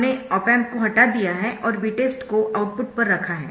हमने op amp को हटा दिया है और Vtest को आउटपुट पर रखा है